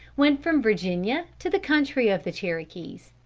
went from virginia to the country of the cherokees.